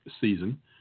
season